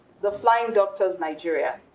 the flying doctors nigeria,